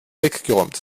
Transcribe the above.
weggeräumt